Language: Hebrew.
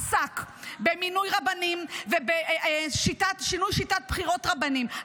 עסק במינוי רבנים ובשינוי שיטת בחירת רבנים,